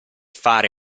fare